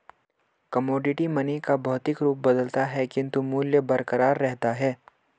commodity money का भौतिक रूप बदलता है किंतु मूल्य बरकरार रहता है